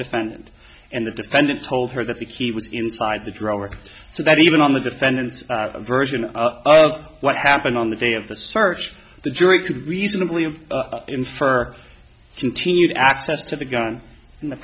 defendant and the defendant told her that the key was inside the drawer so that even on the defendant's version of what happened on the day of the search the jury could reasonably of infer continued access to the gun and the